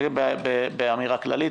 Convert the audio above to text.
זה באמירה כללית.